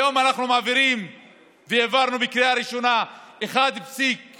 היום אנחנו העברנו בקריאה ראשונה 1.75